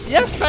Yes